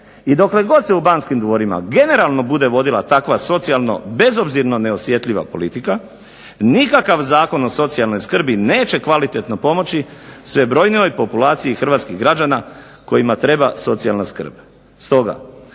I dokle god se u Banskim dvorima generalno bude vodila takva socijalno bezobzirno neosjetljiva politika, nikakav Zakon o socijalnoj skrbi neće kvalitetno pomoći sve brojnijoj populaciji hrvatskih građana kojima treba socijalna skrb.